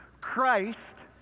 Christ